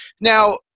Now